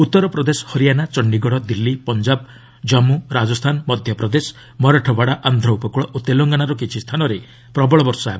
ଉତ୍ତର ପ୍ରଦେଶ ହରିଆନା ଚଶ୍ଚୀଗଡ଼ ଦିଲ୍ଲୀ ପଞ୍ଜାବ ଜନ୍ମୁ ରାଜସ୍ଥାନ ମଧ୍ୟପ୍ରଦେଶ ମରାଠାୱାଡ଼ା ଆନ୍ଧ୍ର ଉପକୂଳ ଓ ତେଲଙ୍ଗାନାର କିଛି ସ୍ଥାନରେ ମଧ୍ୟ ପ୍ରବଳ ବର୍ଷା ହେବ